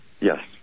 Yes